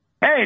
Hey